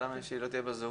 למה שהיא לא תהיה ב-זום?